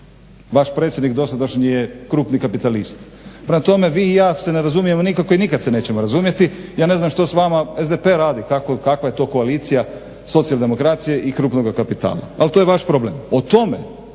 Vaš predsjednik dosadašnji je krupni kapitalist. Prema tome vi i i ja se ne razumijemo nikako i nikad se nećemo razumjeti. Ja ne znam što s vama SDP radi, kakva je to koalicija socijaldemokracije i krupnoga kapitala? Ali to je vaš problem. O tome,